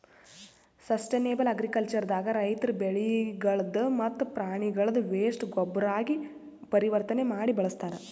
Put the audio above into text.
sustainable agriculture ದಾಗ ರೈತರ್ ಬೆಳಿಗಳ್ದ್ ಮತ್ತ್ ಪ್ರಾಣಿಗಳ್ದ್ ವೇಸ್ಟ್ ಗೊಬ್ಬರಾಗಿ ಪರಿವರ್ತನೆ ಮಾಡಿ ಬಳಸ್ತಾರ್